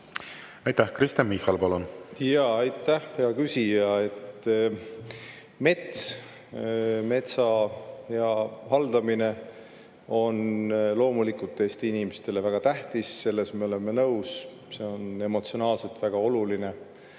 Aitäh! Kristen Michal, palun! Aitäh, hea küsija! Mets ja metsa haldamine on loomulikult Eesti inimestele väga tähtis. Selles me oleme ühel nõul. See on emotsionaalselt väga oluline.